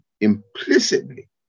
implicitly